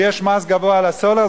ויש מס גבוה על הסולר,